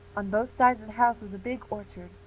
on both sides of the house was a big orchard,